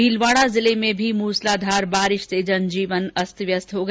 भीलवाड़ा जिले में भी मूसलाधार वर्षा से जनजीवन अस्तव्यस्त हो गया